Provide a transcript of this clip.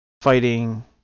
fighting